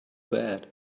bad